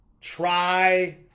try